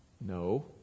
no